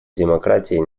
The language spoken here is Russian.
демократии